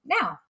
now